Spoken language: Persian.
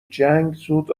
جنگ، زود